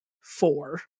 four